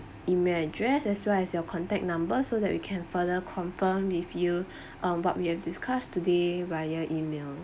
email address as well as your contact number so that we can further confirm with you um what we have discussed today via email